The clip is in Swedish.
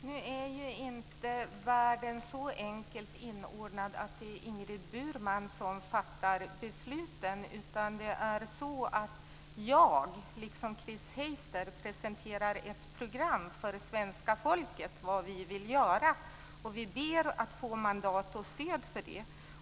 Fru talman! Nu är ju inte världen så enkelt inordnad att det är Ingrid Burman som fattar besluten, utan det är så att jag, liksom Chris Heister, presenterar ett program för svenska folket över vad vi vill göra, och vi ber att få mandat och stöd för det.